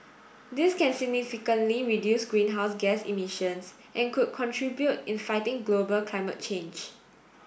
this can significantly reduce greenhouse gas emissions and could contribute in fighting global climate change